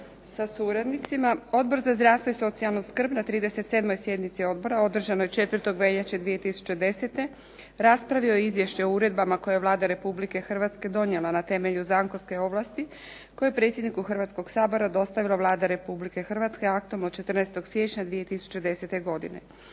sa suradnicima. Odbor za zdravstvo i socijalnu skrb na 37. sjednici odbora održanoj 4. veljače 2010. raspravio je Izvješće o uredbama koje je Vlada Republike Hrvatske donijela na temelju zakonske ovlasti koje je predsjedniku Hrvatskoga sabora dostavila Vlada Republike Hrvatske aktom od 14. siječnja 2010. godine.